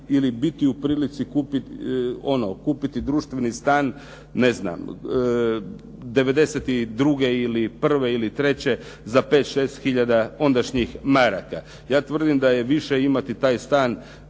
ili biti u prilici kupiti društveni stan, ne znam 92., 91. ili 93. za pet, šest hiljada ondašnjih maraka. Ja tvrdim da je više imati taj stan